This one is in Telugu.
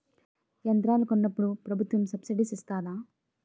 యంత్రాలను కొన్నప్పుడు ప్రభుత్వం సబ్ స్సిడీ ఇస్తాధా?